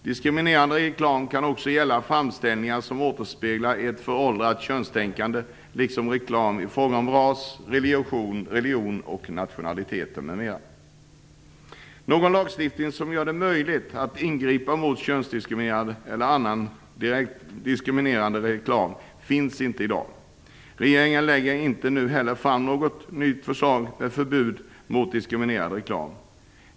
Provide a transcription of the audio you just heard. Diskriminerande reklam kan också gälla framställningar som återspeglar ett föråldrat könstänkande liksom reklam i fråga om ras, religion, nationalitet, m.m. Någon lagstiftning som gör det möjligt att ingripa mot könsdiskriminerande eller annan diskriminerande reklam finns i dag inte. Regeringen lägger heller inte nu fram någon ny lagstiftning med förbud mot diskriminerande reklam.